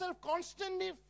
constantly